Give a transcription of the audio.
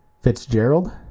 Fitzgerald